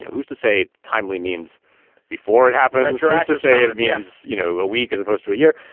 who's to say timely means before it happened. and sure enough to say it to me, as you know, a week as opposed to a year.